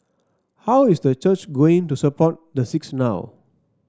how is the church going to support the six now